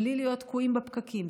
בלי להיות תקועים בפקקים,